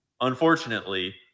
Unfortunately